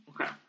Okay